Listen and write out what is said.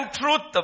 truth